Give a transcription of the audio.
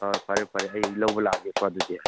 ꯍꯣꯏ ꯐꯔꯦ ꯐꯔꯦ ꯑꯩ ꯂꯧꯕ ꯂꯥꯛꯂꯒꯦꯀꯣ ꯑꯗꯨꯗꯤ